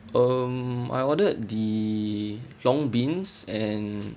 um I ordered the long beans and